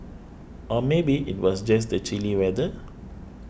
or maybe it was just the chilly weather